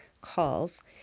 calls